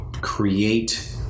create